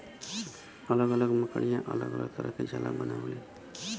अलग अलग मकड़िया अलग अलग तरह के जाला बनावलीन